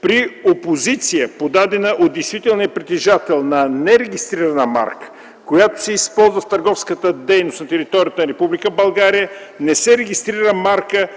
При опозиция, подадена от действителния притежател на нерегистрирана марка, която се използва в търговската дейност на територията на Република България, не се регистрира марка,